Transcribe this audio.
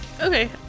Okay